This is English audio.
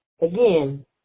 again